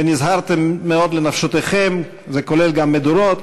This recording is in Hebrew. ונזהרתם מאוד לנפשותיכם, וזה כולל גם מדורות.